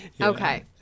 Okay